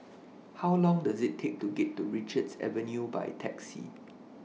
How Long Does IT Take to get to Richards Avenue By Taxi